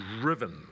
driven